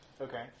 Okay